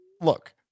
look